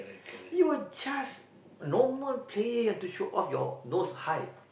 you're just normal player you've to show off your nose high